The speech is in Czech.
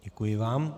Děkuji vám.